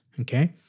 Okay